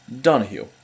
Donahue